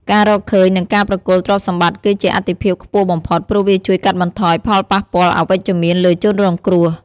ការរកឃើញ និងការប្រគល់ទ្រព្យសម្បត្តិគឺជាអាទិភាពខ្ពស់បំផុត ព្រោះវាជួយកាត់បន្ថយផលប៉ះពាល់អវិជ្ជមានលើជនរងគ្រោះ។